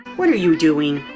what are you doing?